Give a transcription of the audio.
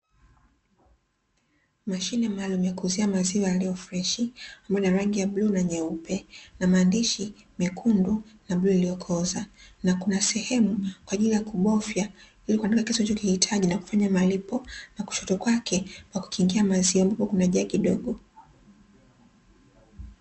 Mashine maalumu ya kuuzia maziwa yaliyo freshi, ambayo ina rangi ya bluu na nyeupe, na maandishi mekundu na bluu iliyokooza. Na kuna sehemu kwa ajili ya kubofya ili kuandika kiasi unachokihitaji na kufanya malipo, na kushoto kwake kwa kukingia maziwa ambapo kuna jagi dogo.